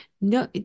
no